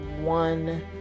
one